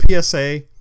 PSA